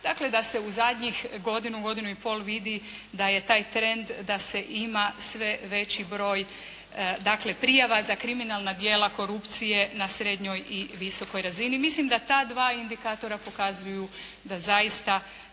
dakle da se u zadnjih godinu, godinu i pol vidi da je taj trend, da se ima sve veći broj dakle, prijava za kriminalna djela korupcije na srednjoj i visokoj razini. Mislim da ta dva indikatora pokazuju da zaista